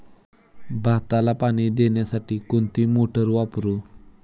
भाताला पाणी देण्यासाठी कोणती मोटार वापरू?